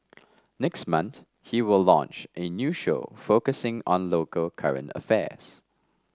next month he will launch a new show focusing on local current affairs